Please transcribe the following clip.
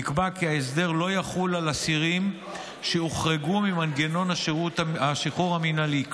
נקבע כי ההסדר לא יחול על אסירים שהוחרגו ממנגנון השחרור המינהלי,